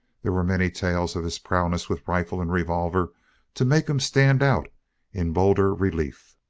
there were many tales of his prowess with rifle and revolver to make him stand out in bolder relief.